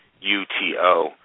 U-T-O